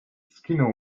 skinął